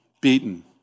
beaten